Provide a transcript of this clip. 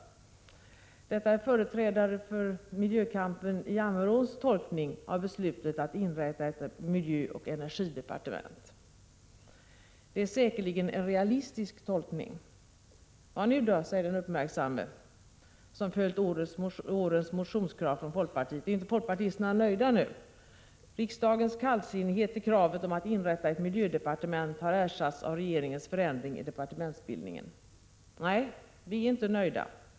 Detta är den tolkning som företrädare för miljökampen i Amerån gjort av beslutet att inrätta ett miljöoch energidepartement. Det är säkerligen en realistisk tolkning. Vad nu då, säger den uppmärksamme, som följt årens motionskrav från folkpartiet. Är inte folkpartisterna nöjda nu? Riksdagens kallsinnighet till kravet om att inrätta ett miljödepartement har ersatts av regeringens förändring i departementsbildningen. Nej, vi är inte nöjda!